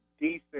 decent